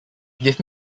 give